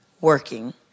working